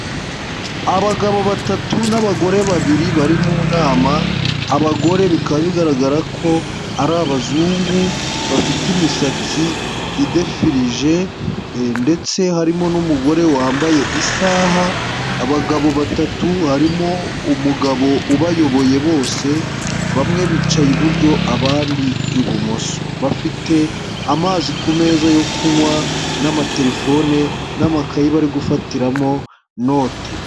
Abagabo batatu n'abagore babiri bari mu nama, abagore bikaba bigaragara ko ari abazungu, bafite imisatsi idefirije ndetse harimo n'umugore wambaye isaha, abagabo batatu harimo umugabo ubayoboye bose, bamwe bicaye iburyo, abandi ibumoso. Bafite amazi ku meza yo kunywa n'amaterefone n'amakayi bari gufatiramo note.